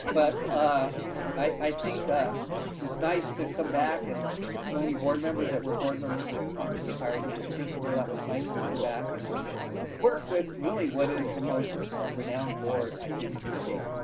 but ah i think it ah was nice to come back and so many board members that were board members when you when you hired me as principal, that was nice to come back and work with really what is the most renowned board i think in the state.